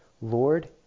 Lord